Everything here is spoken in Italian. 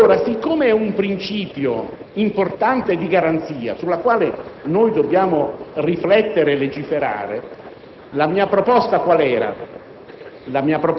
Allora, siccome si tratta di un principio importante di garanzia sul quale dobbiamo riflettere e legiferare, la mia proposta quale era?